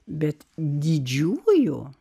bet didžiųjų